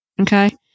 okay